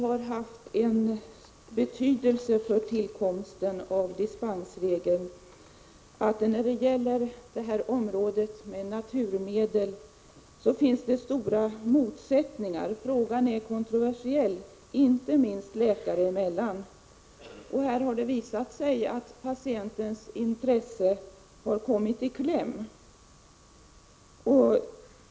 Fru talman! Att frågan är kontroversiell har varit av betydelse vid tillkomsten av dispensregeln. Det finns stora motsättningar när det gäller naturmedel, inte minst läkare emellan. Det har visat sig att patientens intresse har kommit i kläm.